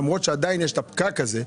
למרות שעדיין יש את הפקק הזה,